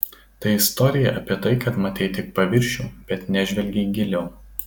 tai istorija apie tai kad matei tik paviršių bet nežvelgei giliau